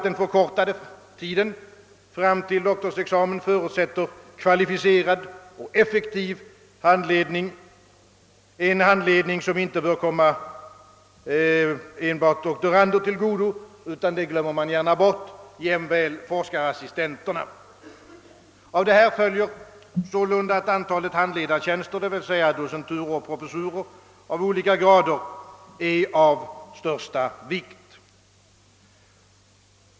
Den förkortade tiden fram till doktorsexamen förutsätter ju kvalificerad och effektiv handledning, som inte bör komma enbart doktorander till godo utan — det glömmer man gärna bort — jämväl forskarassistenterna. Av detta följer sålunda, att antalet handledartjänster, d. v. s. docenturer och professurer av olika grader, är av största vikt.